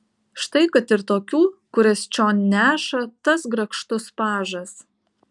štai kad ir tokių kurias čion neša tas grakštus pažas